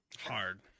Hard